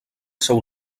seu